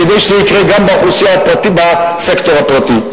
כדי שזה יקרה גם בסקטור הפרטי.